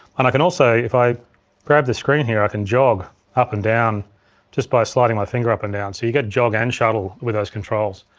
and i can also, if i grab the screen here, i can jog up and down just by sliding my finger up and down, so you get jog and shuttle with those controls.